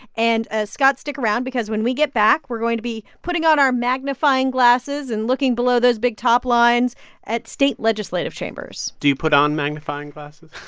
and, scott, stick around because, when we get back, we're going to be putting on our magnifying glasses and looking below those big top lines at state legislative chambers do you put on magnifying glasses?